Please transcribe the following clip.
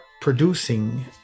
producing